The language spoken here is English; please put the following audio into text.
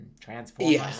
Transformers